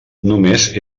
només